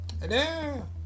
Hello